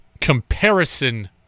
comparison